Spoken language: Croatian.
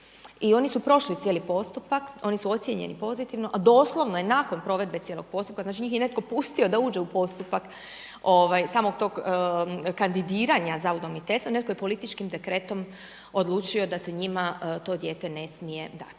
i oni su prošli cijeli postupak, oni su ocjenjeni pozitivno, doslovno je nakon provedbe cijelog postupka, znači njih je netko pustio da uđe u postupak samog tog kandidiranja za udomiteljstvo, netko je političkim dekretom odlučio da se njima to dijete ne smije dati.